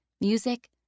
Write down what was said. music